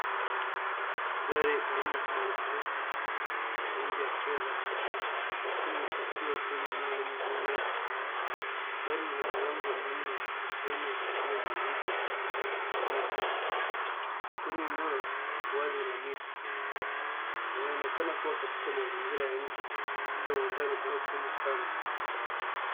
Gari aina ya Subaru forester rangi ya fedha ikiwa imepakiwa kwenye eneo la nyasi, gari lina milango minne, na sehemu ya kubebea mizigo juu ya paa, kwenye eneo wazi la miti linaonekana kuwa katika mazingira ya nje, labda uwanjani au kwenye kambi.